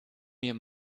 mir